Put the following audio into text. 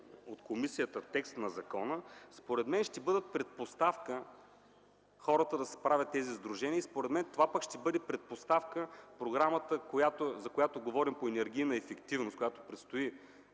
от комисията текст на закона, според мен, ще бъдат предпоставка хората да си правят тези сдружения. Според мен, това пък ще бъде предпоставка Програмата за енергийна ефективност, за която